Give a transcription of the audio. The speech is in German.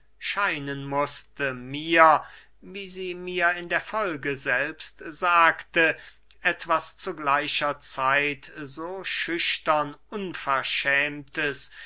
scheinen mußte mir wie sie mir in der folge selbst sagte etwas zu gleicher zeit so schüchtern unverschämtes